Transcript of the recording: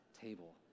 table